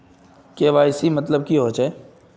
KYC मतलब की होचए?